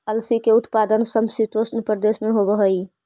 अलसी के उत्पादन समशीतोष्ण प्रदेश में होवऽ हई